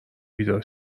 بیدار